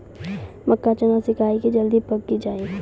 मक्का चना सिखाइए कि जल्दी पक की जय?